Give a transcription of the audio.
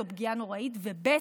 זו פגיעה נוראית, ב.